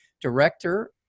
director